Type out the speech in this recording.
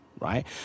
right